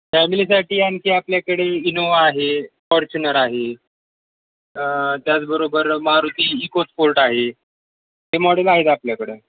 फॅमिलीसाठी आणखी आपल्याकडे इनोवा आहे फॉर्च्युनर आहे त्याचबरोबर मारुती इकोस्पोर्ट आहे हे मॉडेल आहेत आपल्याकडं